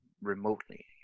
remotely